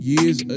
Years